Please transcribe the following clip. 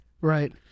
Right